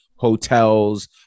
hotels